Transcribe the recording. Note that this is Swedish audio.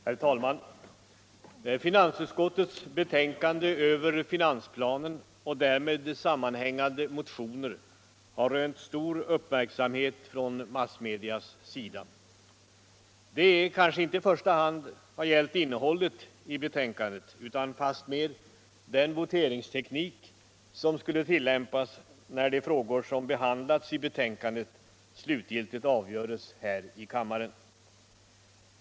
Herr talman! Finansutskottets betänkande över finansplanen och därmed sammanhängande motioner har rönt stor uppmärksamhet från massmedias sida. Det kanske inte i första hand har gällt innehållet i betänkandet utan fastmer den voteringsteknik som skall tillämpas när de frågor som behandlas i betänkandet slutgiltigt avgörs här i kammaren.